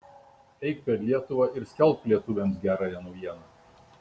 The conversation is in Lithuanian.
eik per lietuvą ir skelbk lietuviams gerąją naujieną